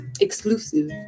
Exclusive